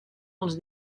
els